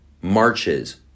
Marches